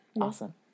awesome